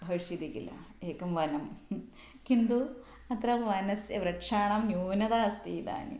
भविष्यति किल एकं वनं किन्तु अत्र वनस्य वृक्षाणां न्यूनता अस्ति इदानीं